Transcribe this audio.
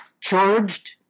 charged